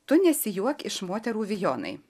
tu nesijuok iš moterų vijonai